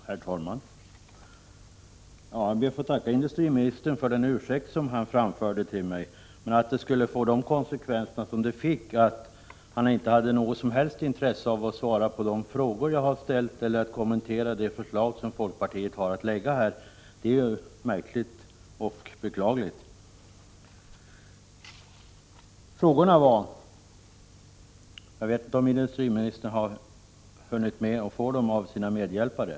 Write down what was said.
Herr talman! Jag ber att få tacka industriministern för den ursäkt som han framförde till mig, men att den skulle få de konsekvenser som den fick — att han inte hade något som helst intresse av att svara på de frågor jag ställt eller kommentera de förslag som folkpartiet lagt fram — är märkligt och beklagligt. Jag vet inte om industriministern har hunnit med att få mina frågor av sina medhjälpare.